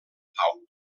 pau